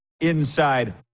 inside